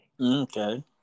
Okay